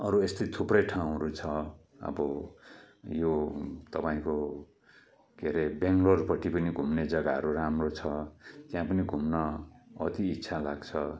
अरू यस्तै थुप्रै ठाउँहरू छ अब यो तपाईँको के अरे बेङ्लोरपट्टि पनि घुम्ने जग्गा हरू राम्रो छ त्यहाँ पनि घुम्न अति इच्छा लाग्छ